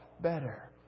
better